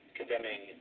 condemning